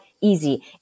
easy